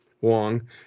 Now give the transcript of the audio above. Wong